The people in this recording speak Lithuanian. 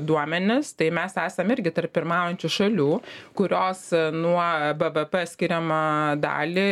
duomenis tai mes esam irgi tarp pirmaujančių šalių kurios nuo bvp skiriamą dalį